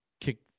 kick